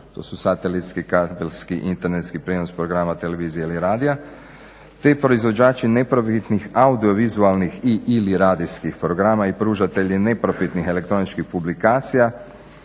to su satelitski, kabelski, internetski prijenos programa televizije ili radija te proizvođači neprofitnih audiovizualnih i/ili radijskih programa i pružatelji neprofitnih elektroničkih publikacija